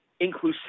inclusivity